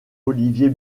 olivier